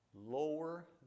lower